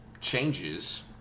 changes